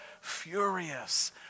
furious